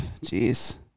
jeez